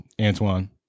Antoine